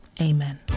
amen